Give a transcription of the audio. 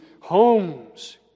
homes